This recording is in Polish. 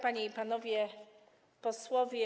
Panie i Panowie Posłowie!